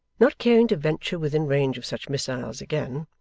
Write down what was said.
not caring to venture within range of such missles again,